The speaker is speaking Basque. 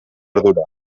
ardura